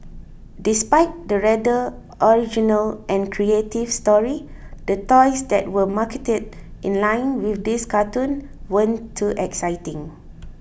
despite the rather original and creative story the toys that were marketed in line with this cartoon weren't too exciting